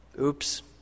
Oops